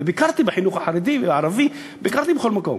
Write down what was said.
וביקרתי בחינוך החרדי והערבי, ביקרתי בכל מקום.